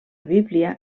bíblia